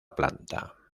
planta